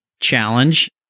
challenge